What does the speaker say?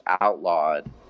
outlawed